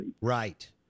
Right